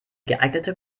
geeignete